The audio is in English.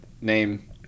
name